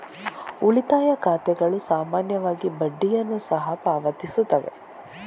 ಉಳಿತಾಯ ಖಾತೆಗಳು ಸಾಮಾನ್ಯವಾಗಿ ಬಡ್ಡಿಯನ್ನು ಸಹ ಪಾವತಿಸುತ್ತವೆ